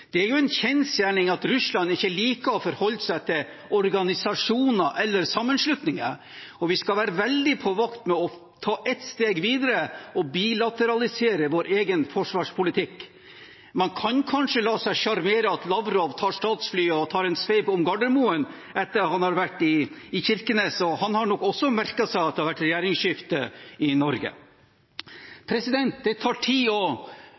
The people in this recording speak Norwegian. Det er en kjensgjerning at Russland ikke liker å forholde seg til organisasjoner eller sammenslutninger, og vi skal være veldig på vakt med ta et steg videre og bilateralisere vår egen forsvarspolitikk, selv om man kanskje kan la seg sjarmere av at Lavrov tar statsflyet og tar en sveip om Gardermoen etter at han har vært i Kirkenes. Han har nok også merket seg at det har vært regjeringsskifte i Norge. Det tar tid